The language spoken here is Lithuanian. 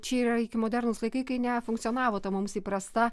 čia yra iki modernūs laikai kai nefunkcionavo ta mums įprasta